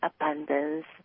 abundance